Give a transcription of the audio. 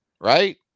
right